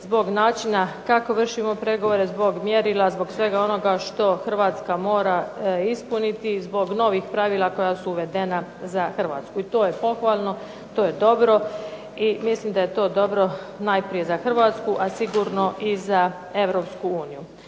zbog načina kako vršimo pregovore, zbog mjerila, zbog svega onoga što Hrvatska mora ispuniti i zbog novih pravila koja su uvedena za Hrvatsku. I to je pohvalno, to je dobro i mislim da je to dobro najprije za Hrvatsku, a sigurno i za Europsku uniju.